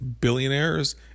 billionaires